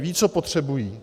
Vědí, co potřebují.